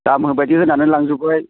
दामा बिबादि होनानै लांजोब्बाय